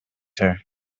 her